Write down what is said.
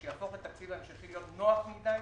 שיהפוך את התקציב ההמשכי לנוח מדי,